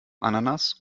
ananas